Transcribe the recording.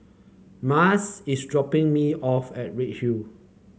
Martez is dropping me off at Redhill